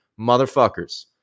motherfuckers